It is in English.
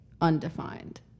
undefined